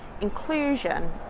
inclusion